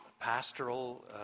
pastoral